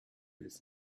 his